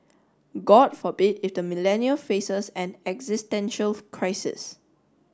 god forbid it the Millennial faces an existential crisis